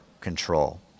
control